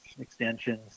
extensions